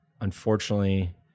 unfortunately